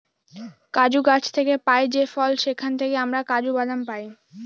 কাজু গাছ থেকে পাই যে ফল সেখান থেকে আমরা কাজু বাদাম পাই